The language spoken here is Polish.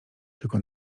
tylko